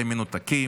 אתם מנותקים,